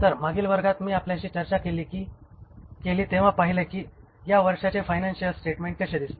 तर मागील वर्गात मी आपल्याशी चर्चा केली तेव्हा पाहिले की या वर्षाचे फायनान्शिअल स्टेटमेंट कसे दिसते